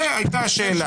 זו הייתה השאלה.